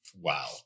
Wow